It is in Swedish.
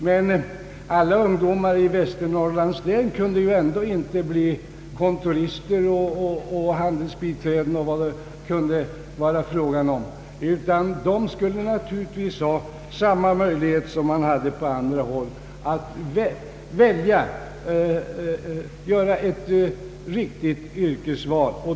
Men alla ungdomar i Västernorrlands län kunde ändå inte bli kontorister ock handelsbiträden eller vad det kunde vara fråga om, utan de skulle naturligtvis ha samma möjligheter som ungdo mar på andra håll att göra ett riktigt yrkesval.